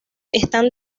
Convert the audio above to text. están